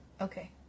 Okay